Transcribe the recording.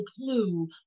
clue